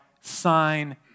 sign